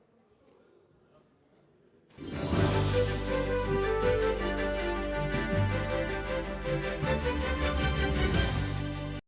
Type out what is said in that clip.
Дякую.